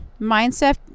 Mindset